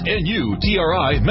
n-u-t-r-i